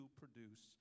produce